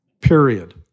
Period